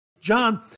John